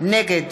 נגד